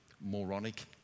moronic